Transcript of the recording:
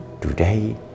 today